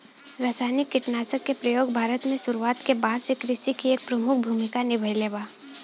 रासायनिक कीटनाशक के प्रयोग भारत में शुरुआत के बाद से कृषि में एक प्रमुख भूमिका निभाइले बा